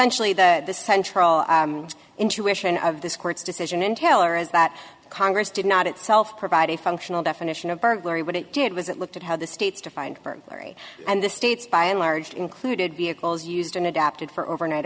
essentially that the central intuition of this court's decision in taylor is that congress did not itself provide a functional definition of burglary what it did was it looked at how the states to find burglary and the states by and large included vehicles used an adapted for overnight